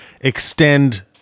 extend